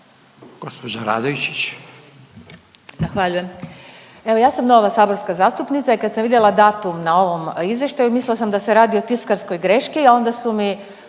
(Možemo!)** Zahvaljujem. Evo ja sam nova saborska zastupnica i kad sam vidjela datum na ovom izvještaju mislila sam da se radi o tiskarskoj greški, a onda su mi